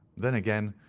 then, again,